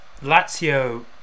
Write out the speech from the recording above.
Lazio